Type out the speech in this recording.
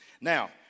Now